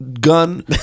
Gun